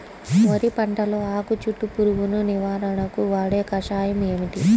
వరి పంటలో ఆకు చుట్టూ పురుగును నివారణకు వాడే కషాయం ఏమిటి?